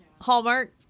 hallmark